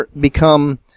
become